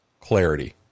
clarity